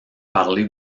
parler